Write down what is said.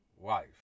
wife